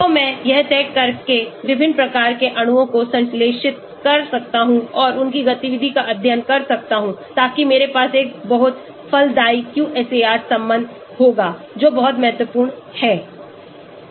तो मैं यह तय करके विभिन्न प्रकार के अणुओं को संश्लेषित कर सकता हूं और उनकी गतिविधि का अध्ययन कर सकता हूं ताकि मेरे पास एक बहुत फलदायी QSAR संबंध होगा जो बहुत महत्वपूर्ण है